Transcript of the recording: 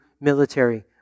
military